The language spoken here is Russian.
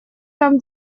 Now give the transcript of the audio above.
там